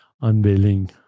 unveiling